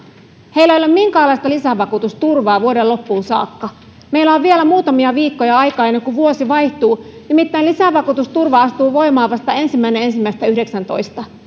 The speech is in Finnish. heillä ei ole minkäänlaista lisävakuutusturvaa vuoden loppuun saakka meillä on vielä muutamia viikkoja aikaa ennen kuin vuosi vaihtuu nimittäin lisävakuutusturva astuu voimaan vasta ensimmäinen ensimmäistä kaksituhattayhdeksäntoista